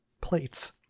plates